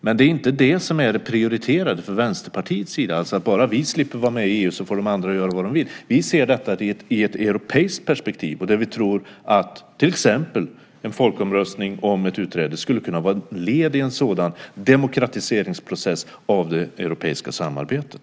Men det är inte det som är det prioriterade för Vänsterpartiet. Det är inte så att bara vi slipper vara med i EU får de andra göra vad de vill. Vi ser detta i ett europeiskt perspektiv. Vi tror att till exempel en folkomröstning om ett utträde skulle kunna vara ett led i en sådan demokratiseringsprocess av det europeiska samarbetet.